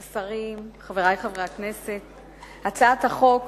השרים, חברי חברי הכנסת, הצעת החוק